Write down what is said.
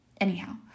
Anyhow